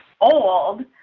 old